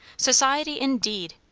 society indeed!